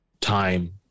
time